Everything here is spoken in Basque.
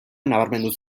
nabarmendu